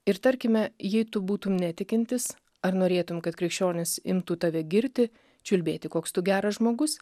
ir tarkime jei tu būtum netikintis ar norėtum kad krikščionis imtų tave girti čiulbėti koks tu geras žmogus